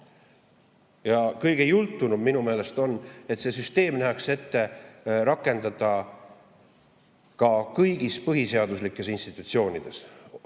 Ja kõige jultunum minu meelest on, et see süsteem nähakse ette rakendamiseks ka kõigis põhiseaduslikes institutsioonides,